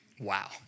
Wow